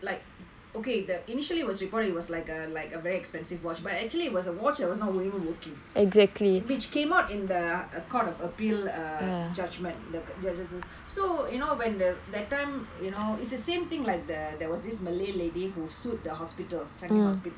okay the initially was reported that it was like a like a very expensive watch but actually it was a watch it was not even working exactly which came out in the court of appeal uh judgment like so you know when the that time you know it's the same thing like the there was this malay lady who sued the hospital changi hospital